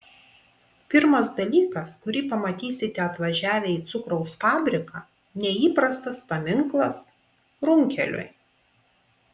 pirmas dalykas kurį pamatysite atvažiavę į cukraus fabriką neįprastas paminklas runkeliui